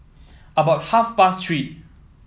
about half past Three